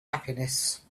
happiness